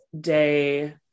day